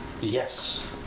Yes